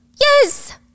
Yes